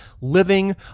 living